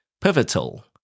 Pivotal